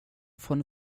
från